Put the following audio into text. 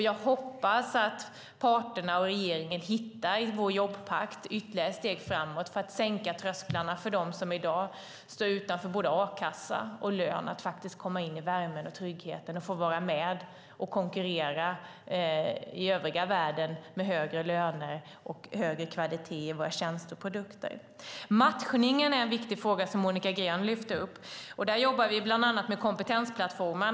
Jag hoppas att parterna och regeringen i vår jobbpakt hittar ytterligare steg framåt för att sänka trösklarna för dem som i dag står utanför både a-kassa och lön så att de kan komma in i värmen och tryggheten och få vara med och konkurrera med övriga världen genom högre löner och högre kvalitet i våra tjänster och produkter. Matchningen är en viktig fråga som Monica Green lyfte upp. Där jobbar vi bland annat med kompetensplattformar.